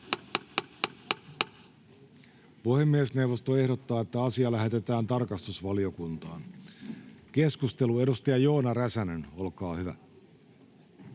Puhemiesneuvosto ehdottaa, että asia lähetetään tarkastusvaliokuntaan. — Keskustelu, edustaja Joona Räsänen, olkaa hyvä.